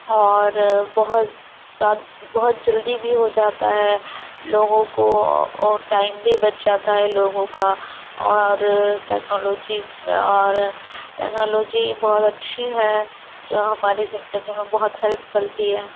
اور بہت سا بہت جلدی بھی ہو جاتا ہے لوگوں کو اور ٹائم بھی بچ جاتا ہے لوگوں کا اور ٹیکنالوجی اور ٹیکنالوجی بہت اچھی ہے جو ہماری زندگی میں بہت ہیلپ کرتی ہے